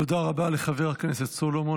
תודה רבה לחבר הכנסת סולומון.